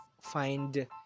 find